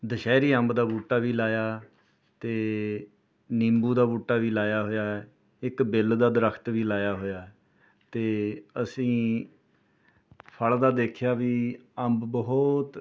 ਦੁਸ਼ਹਿਰੀ ਅੰਬ ਦਾ ਬੂਟਾ ਵੀ ਲਾਇਆ ਅਤੇ ਨਿੰਬੂ ਦਾ ਬੂਟਾ ਵੀ ਲਾਇਆ ਹੋਇਆ ਇੱਕ ਬਿੱਲ ਦਾ ਦਰਖਤ ਵੀ ਲਾਇਆ ਹੋਇਆ ਅਤੇ ਅਸੀਂ ਫ਼ਲ ਦਾ ਦੇਖਿਆ ਵੀ ਅੰਬ ਬਹੁਤ